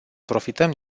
profităm